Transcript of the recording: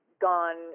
gone